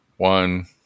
One